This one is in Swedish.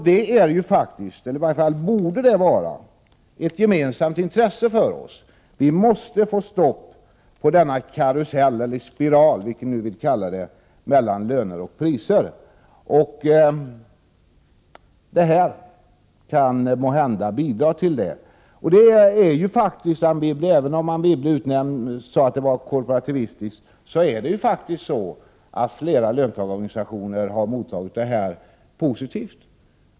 Det är faktiskt, eller borde i varje fall vara det, ett gemensamt intresse för oss. Vi måste få stopp på denna karusell eller spiral, vad ni nu vill kalla det, mellan löner och priser. Det här kan måhända bidra till det. Även om Anne Wibble sade att det var korporativistiskt, har faktiskt flera löntagarorganisationer mottagit detta positivt.